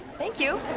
thank you.